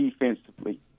defensively